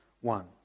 one